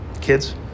kids